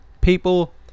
people